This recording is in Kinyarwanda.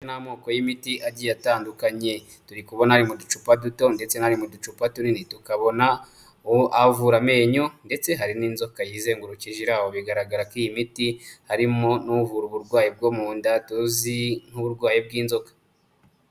Aya ni amoko y'imiti agiye atandukanye, turi kubonabona ari mu ducupa duto ndetse n'ari mu ducupa tunini, tukabona avura amenyo, ndetse hari n'inzoka yizengurukije iri aho, bigaragara ko iyi miti harimo n'uvura uburwayi bwo mu nda tuzi nk'uburwayi bw'inzoka.